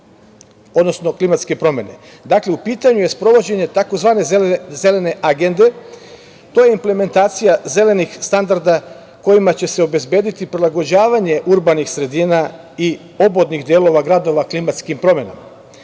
odnosno klimatske promene. Dakle, u pitanju je sprovođenje tzv. Zelene agende. To je implementacija zelenih standarda kojima će se obezbediti prilagođavanje urbanih sredina i obodnih delova gradova klimatskim promenama. Dolazim